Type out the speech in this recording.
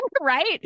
Right